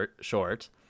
short